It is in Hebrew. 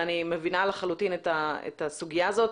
ואני מבינה לחלוטין את הסוגיה הזאת.